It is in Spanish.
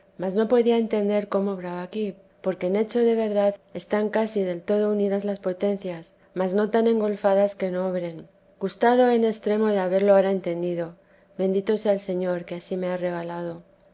no podía entender cómo obraba aquí porque en hecho de verdad están casi del todo unidas las potencias mas no tan engolfadas que no obren gustado he en extremo de haberlo ahora entendido bendito sea el señor que ansí me ha regalado